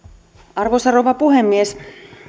arvoisa rouva puhemies